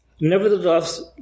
Nevertheless